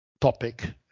topic